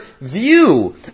view